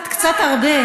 קצת, קצת הרבה.